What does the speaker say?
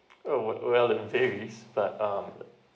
oh well well it varies but um